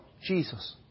Jesus